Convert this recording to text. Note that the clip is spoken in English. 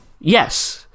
Yes